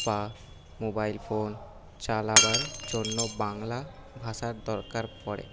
বা mobile phone চালাবার জন্য বাংলা ভাষার দরকার পড়ে